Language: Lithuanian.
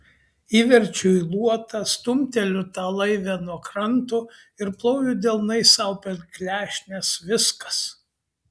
įverčiu į luotą stumteliu tą laivę nuo kranto ir ploju delnais sau per klešnes viskas